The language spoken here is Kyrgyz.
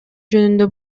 жөнүндө